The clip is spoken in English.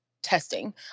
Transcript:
testing